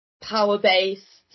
power-based